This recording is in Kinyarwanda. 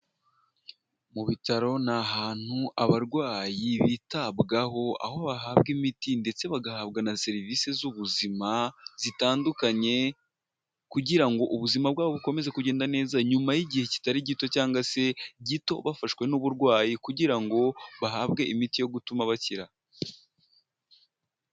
Mu bitaro, ni ahantu abarwayi bitabwaho aho bahabwa imiti ndetse bagahabwa na serivise z'ubuzima zitandukanye kugira ngo ubuzima bwabo bukomeze kugenda neza, nyuma y'igihe kitari gito cyangwa se gito bafashwe n'uburwayi kugira ngo bahabwe imiti yo gutuma bakira.